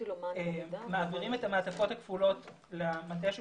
מעבירים את המעטפות הכפולות למטה של